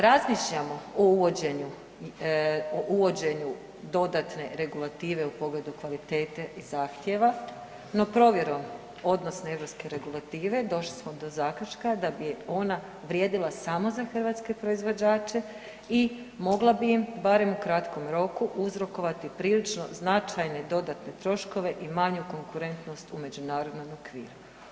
Razmišljamo o uvođenju, o uvođenju dodatne regulative u pogledu kvalitete i zahtjeva, no provjerom odnosne europske regulative došli smo do zaključka da bi ona vrijedila samo za hrvatske proizvođače i mogla bi im barem u kratkom roku uzrokovati prilično značajne dodatne troškove i manju konkurentnost u međunarodnom okviru.